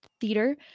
theater